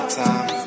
time